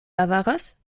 avaras